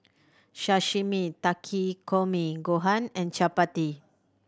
Sashimi Takikomi Gohan and Chapati